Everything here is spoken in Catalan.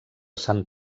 sant